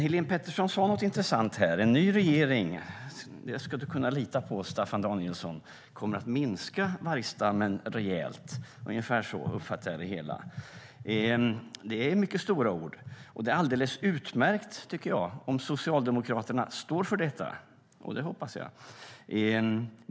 Helén Pettersson sade något intressant: En ny regering - det ska du kunna lita på, Staffan Danielsson - kommer att minska vargstammen rejält. Det var ungefär så jag uppfattade det hon sade. Det är mycket stora ord. Det är alldeles utmärkt om Socialdemokraterna står för detta, och det hoppas jag.